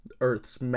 Earth's